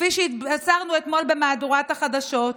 כפי שהתבשרנו אתמול במהדורת החדשות,